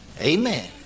Amen